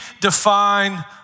define